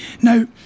Now